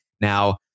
Now